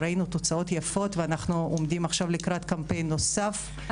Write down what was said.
ראינו תוצאות יפות ואנחנו עומדים עכשיו לקראת קמפיין נוסף.